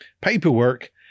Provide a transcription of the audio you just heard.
paperwork